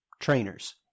trainers